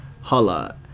holla